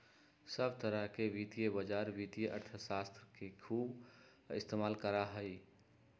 सब तरह के वित्तीय बाजार वित्तीय अर्थशास्त्र के खूब इस्तेमाल करा हई